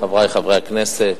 חברי חברי הכנסת,